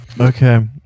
Okay